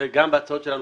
זה גם בהצעות שלנו,